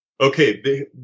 okay